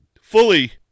fully